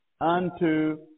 unto